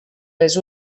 les